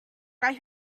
why